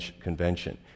Convention